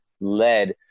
led